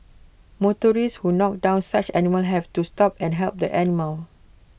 motorists who knocked down such animals have to stop and help the animal